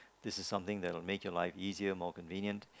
this is something that would make your life easier more convenient